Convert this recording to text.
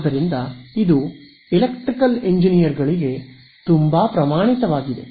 ಆದ್ದರಿಂದ ಇದು ಎಲೆಕ್ಟ್ರಿಕಲ್ ಎಂಜಿನಿಯರ್ಗಳಿಗೆ ಇದು ತುಂಬಾ ಪ್ರಮಾಣಿತವಾಗಿದೆ